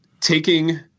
taking